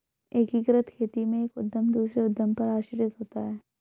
एकीकृत खेती में एक उद्धम दूसरे उद्धम पर आश्रित होता है